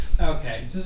Okay